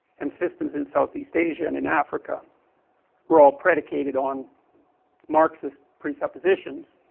and systems in south east asia and in africa were all predicated on marxist presuppositions